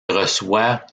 reçoit